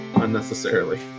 unnecessarily